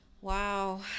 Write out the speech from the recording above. Wow